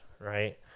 right